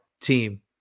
team